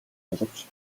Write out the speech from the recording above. боловч